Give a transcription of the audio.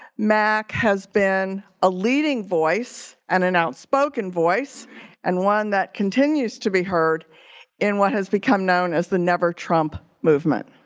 mac has been a leading voice and an outspoken voice and one that continues to be heard in what has become known as the never trump movement.